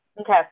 Okay